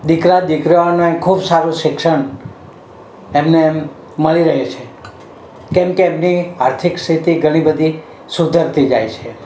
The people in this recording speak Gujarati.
દીકરા દીકરાને ખૂબ સારું શિક્ષણ એમને મળી રહે છે કેમકે એમની આર્થિક સ્થિતિ ઘણી બધી સુધરતી જાય છે